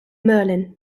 merlin